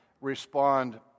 respond